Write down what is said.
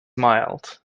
mild